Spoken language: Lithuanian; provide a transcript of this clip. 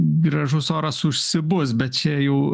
gražus oras užsibus bet čia jau